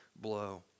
blow